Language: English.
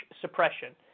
suppression